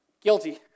Guilty